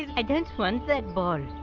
i don't want that ball.